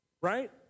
right